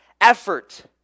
effort